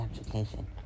education